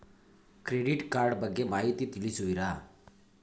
Credit card ಬಗ್ಗೆ ಮಾಹಿತಿ ತಿಳಿಸುವಿರಾ?